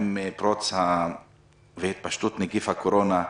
עם פרוץ והתפשטות נגיף הקורונה,